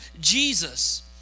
Jesus